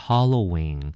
Halloween